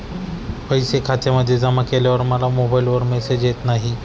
पैसे खात्यामध्ये जमा केल्यावर मला मोबाइलवर मेसेज येत नाही?